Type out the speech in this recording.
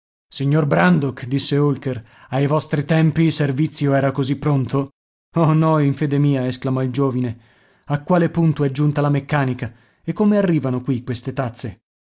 bianco signor brandok disse holker ai vostri tempi il servizio era così pronto oh no in fede mia esclamò il giovine a quale punto è giunta la meccanica e come arrivano qui queste tazze